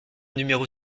numéro